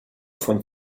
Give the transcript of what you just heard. von